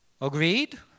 Agreed